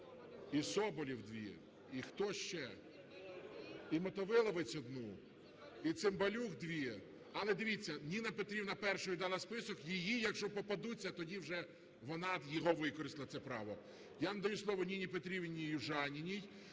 І Соболєв дві. І, хто ще? І Мотовиловець одну. І Цимбалюк дві. Але, дивіться, Ніна Петрівна першою дала список, її, якщо попадуться, тоді вже вона його використає це право. Я надаю слово Ніні Петрівні Южаніній.